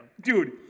dude